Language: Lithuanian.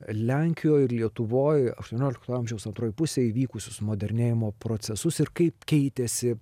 lenkijoj ir lietuvoj aštuoniolikto amžiaus antroj pusėj įvykusius modernėjimo procesus ir kaip keitėsi